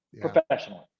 professionally